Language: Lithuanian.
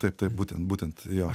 taip taip būtent būtent jo